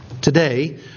Today